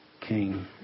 king